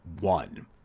one